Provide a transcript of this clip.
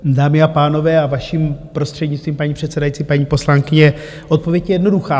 Dámy a pánové, a vaším prostřednictvím, paní předsedající, paní poslankyně, odpověď je jednoduchá.